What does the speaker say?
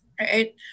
right